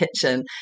kitchen